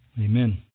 Amen